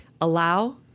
allow